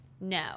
No